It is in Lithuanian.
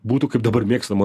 būtų kaip dabar mėgstama